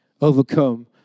overcome